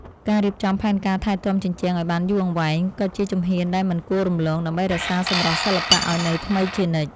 ការរៀបចំផែនការថែទាំជញ្ជាំងឱ្យបានយូរអង្វែង ក៏ជាជំហានដែលមិនគួររំលង ដើម្បីរក្សាសម្រស់សិល្បៈឱ្យនៅថ្មីជានិច្ច។